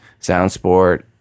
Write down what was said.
SoundSport